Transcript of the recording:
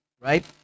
right